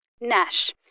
Nash